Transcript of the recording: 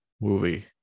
movie